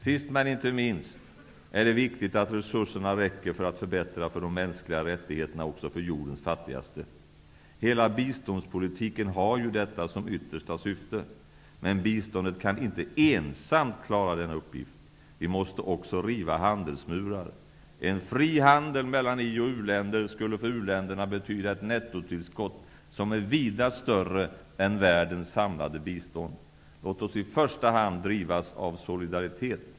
Sist men inte minst är det viktigt att se till att resurserna räcker för att förbättra de mänskliga rättigheterna också för jordens fattigaste. Hela biståndspolitiken har detta som yttersta syfte. Men biståndet kan inte ensamt klara denna uppgift. Vi måste också riva handelsmurar. En fri handel mellan i och u-länder skulle för u-länderna betyda ett nettotillskott som är vida större än världens samlade bistånd. Låt oss i första hand drivas av solidaritet.